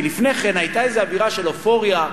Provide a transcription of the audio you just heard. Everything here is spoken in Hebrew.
כי לפני כן היתה איזה אווירה של אופוריה,